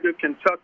Kentucky